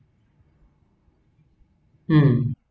um